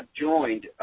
joined